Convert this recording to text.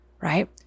right